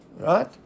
Right